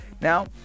Now